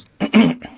okay